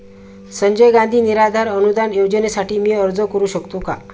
संजय गांधी निराधार अनुदान योजनेसाठी मी अर्ज करू शकतो का?